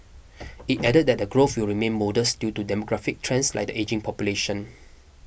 it added that the growth will remain modest due to demographic trends like the ageing population